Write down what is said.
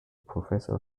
professor